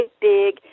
big